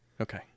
Okay